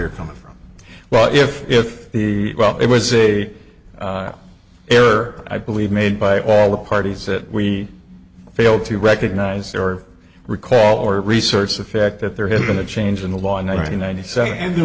you're coming from well if if the well it was a error i believe made by all the parties that we failed to recognise or recall or research the fact that there had been a change in the law in one hundred ninety seven and